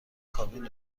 کابین